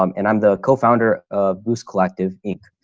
um and i'm the co founder of boost collective inc.